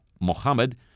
Mohammed